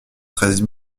treize